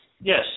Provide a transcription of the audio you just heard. Yes